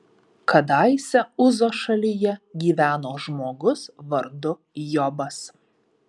kadaise uzo šalyje gyveno žmogus vardu jobas